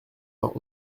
vingt